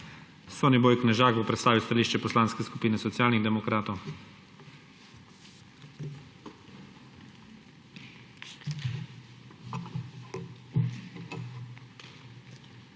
Soniboj Knežak bo predstavil stališče Poslanske skupine Socialnih demokratov.